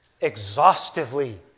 exhaustively